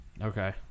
Okay